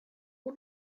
der